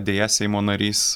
deja seimo narys